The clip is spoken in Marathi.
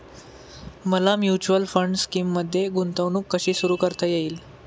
मला म्युच्युअल फंड स्कीममध्ये गुंतवणूक कशी सुरू करता येईल?